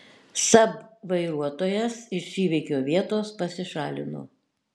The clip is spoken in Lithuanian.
saab vairuotojas iš įvykio vietos pasišalino